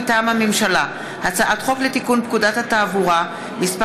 מטעם הממשלה: הצעת חוק לתיקון פקודת התעבורה (מס'